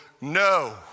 no